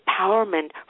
empowerment